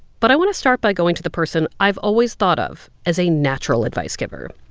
but i want to start by going to the person i've always thought of as a natural advice-giver.